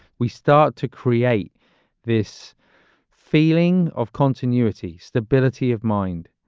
we start to create this feeling of continuity, stability of mind,